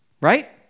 right